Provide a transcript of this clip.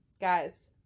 Guys